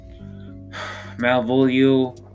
Malvolio